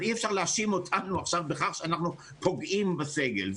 אז אי-אפשר להאשים אותנו עכשיו בכך שאנחנו פוגעים בסגל.